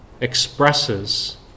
expresses